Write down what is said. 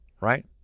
right